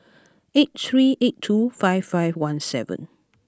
eight three eight two five five one seven